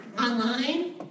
online